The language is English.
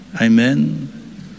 Amen